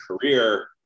career